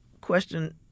question